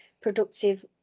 productive